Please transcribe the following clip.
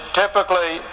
typically